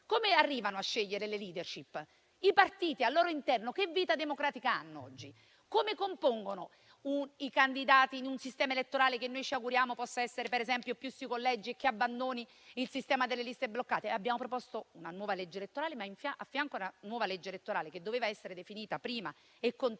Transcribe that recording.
Come arrivano a scegliere le *leadership*? I partiti al loro interno che vita democratica hanno oggi? Come compongono le liste di candidati in un sistema elettorale che noi ci auguriamo possa essere, per esempio, più sui collegi e che abbandoni il sistema delle liste bloccate? Abbiamo proposto una nuova legge elettorale; tuttavia, a fianco a essa, che doveva essere definita prima e contemporaneamente,